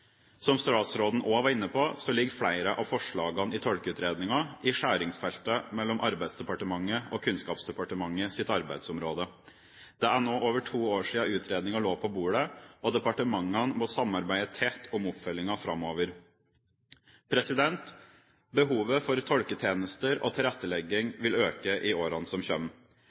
Som statsråden også var inne på, ligger flere av forslagene i Tolkeutredningen i skjæringsfeltet mellom Arbeidsdepartementets og Kunnskapsdepartementets arbeidsområde. Det er nå over to år siden utredningen lå på bordet, og departementene må samarbeide tett om oppfølgingen framover. Behovet for tolketjenester og tilrettelegging vil øke i årene som